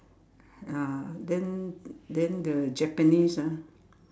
ah then then the Japanese ah